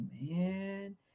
man